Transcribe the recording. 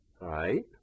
right